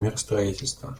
миростроительство